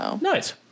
Nice